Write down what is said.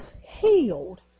healed